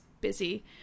busy